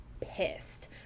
pissed